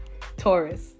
Taurus